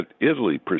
Italy